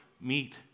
meet